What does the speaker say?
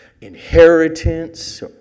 inheritance